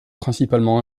principalement